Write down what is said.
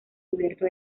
cubierto